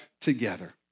together